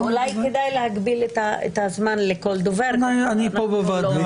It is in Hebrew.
ואולי כדאי להגביל את הזמן לכל דובר --- אני פה בוועדה